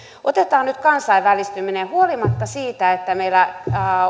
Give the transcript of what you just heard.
otetaan nyt kansainvälistyminen huolimatta siitä että meillä